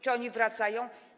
Czy oni wracają?